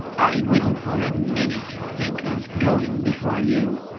i wouldn't for a minute think of going before you.